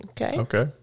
Okay